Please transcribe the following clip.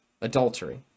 adultery